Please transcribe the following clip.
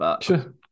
Sure